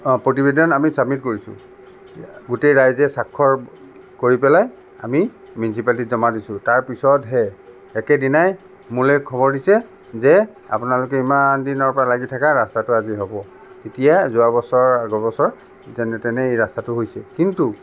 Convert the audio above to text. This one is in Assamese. অঁ প্ৰতিবেদন আমি চাবমিট কৰিছোঁ গোটেই ৰাইজে স্বাক্ষৰ কৰি পেলাই আমি মিউনিচিপালিটিত জমা দিছোঁ তাৰপিছতহে একেদিনাই মোৰলৈ খবৰ দিছে যে আপোনালোকে ইমান দিনৰপৰা লাগি থকা ৰাস্তাটো আজি হ'ব এতিয়া যোৱা বছৰ আগৰ বছৰ যেনে তেনে এই ৰাস্তাটো হৈছে কিন্তু